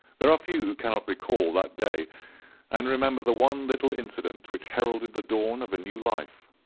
there are few who cannot recall that day and remember the one little incident which heralded the dawn of a new life.